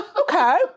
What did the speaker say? okay